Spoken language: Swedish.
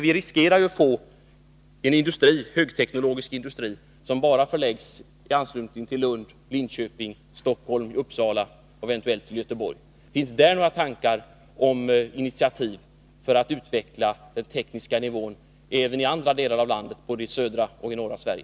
Vi riskerar att få en högteknologisk industri som enbart förläggs i anslutning till Lund, Linköping, Stockholm, Uppsala och eventuellt Göte borg. Har regeringen några planer på att ta initiativ till att utveckla den tekniska nivån även i andra delar av landet, både i södra och i norra Sverige?